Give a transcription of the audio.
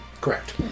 Correct